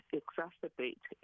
exacerbate